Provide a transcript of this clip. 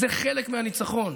זה חלק מהניצחון.